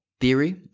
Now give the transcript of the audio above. theory